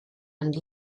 and